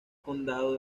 condado